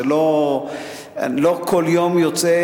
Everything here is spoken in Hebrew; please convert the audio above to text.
לא כל יום יוצא,